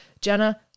jenna